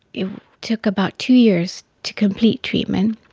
it took about two years to complete treatment,